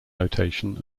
notation